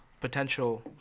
potential